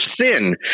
sin